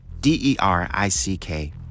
D-E-R-I-C-K